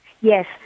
Yes